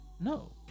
No